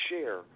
share